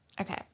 Okay